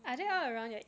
ah